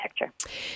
architecture